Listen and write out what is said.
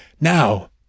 Now